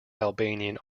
albanian